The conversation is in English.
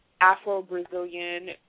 Afro-Brazilian